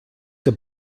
que